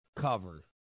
cover